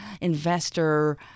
investor